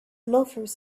loafers